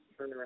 turnaround